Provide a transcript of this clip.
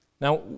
Now